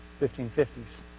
1550s